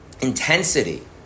intensity